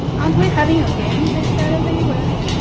and we're having a game this saturday, with?